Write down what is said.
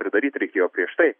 ir daryt reikėjo prieš tai